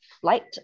flight